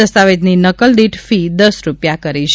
દસ્તાવેજની નકલ દીઠ ફી દસ રૂપિયા કરી છે